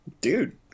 Dude